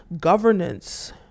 governance